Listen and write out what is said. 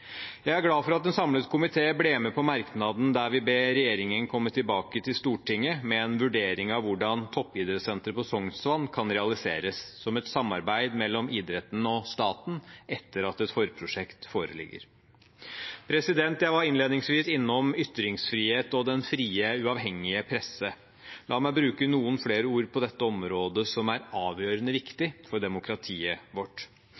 Jeg er glad for at en samlet komité ble med på merknaden der vi ber regjeringen komme tilbake til Stortinget med en vurdering av hvordan Toppidrettssenteret på Sognsvann kan realiseres, som et samarbeid mellom idretten og staten, etter at et forprosjekt foreligger. Jeg var innledningsvis innom ytringsfrihet og den frie, uavhengige presse. La meg bruke noen flere ord på dette området som er avgjørende viktig for demokratiet vårt.